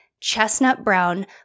chestnut-brown